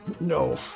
No